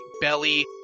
belly